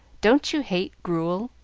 don't you hate grewel?